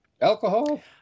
alcohol